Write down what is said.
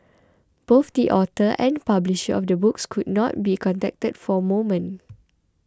both the author and publisher of the book could not be contacted for movement